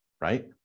right